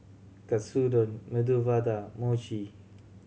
Katsudon Medu Vada Mochi